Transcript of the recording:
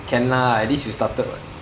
can lah at least you started [what]